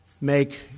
make